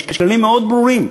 יש כללים מאוד ברורים,